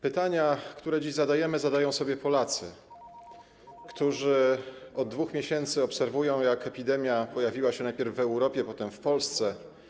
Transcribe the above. Pytania, które dziś zadajemy, zadają sobie Polacy, którzy od 2 miesięcy obserwują to, jak epidemia pojawiła się najpierw w Europie, potem w Polsce.